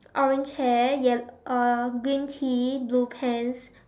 orange hair yel~ uh green Tee blue pants